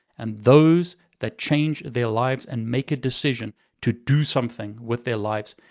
and those that change their lives, and make a decision to do something with their lives.